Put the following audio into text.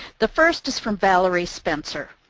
the first is from valerie spencer.